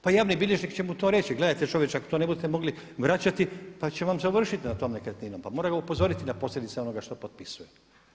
Pa javni bilježnik će mu to reći, gledajte čovječe ako to ne budete mogli vraćati pa će vam se ovršiti nad tom nekretnino, pa mora ga upozoriti na posljedice onoga što potpisuje.